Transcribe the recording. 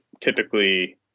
typically